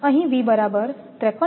અહીં V બરાબર 53